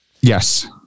Yes